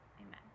Amen